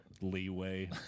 leeway